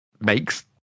makes